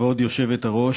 עד יום ראשון